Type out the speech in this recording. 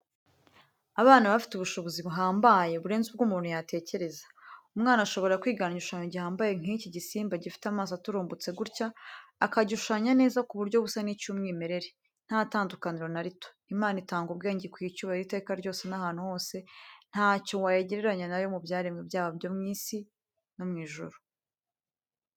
Abana baba bafite ubushobozi buhambaye, burenze ubwo umuntu yatekereza. Umwana ashobora kwigana igishushanyo gihambaye nk'iki gisimba gifite amaso aturumbutse gutya, akagishushanya neza ku buryo busa n'icy'umwimerere, nta tandukaniro na rito! Imana itanga ubwenge ikwiye icyubahiro iteka ryose n'ahantu hose, ntacyo wayigereranya na yo mu byaremwe byaba ibyo mu isi no mu ijuru.